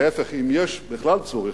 להיפך, אם יש בכלל צורך,